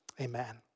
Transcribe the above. Amen